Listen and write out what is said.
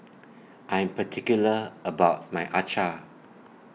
I Am particular about My